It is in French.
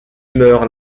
meurt